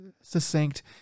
succinct